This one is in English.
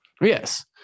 Yes